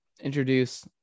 introduce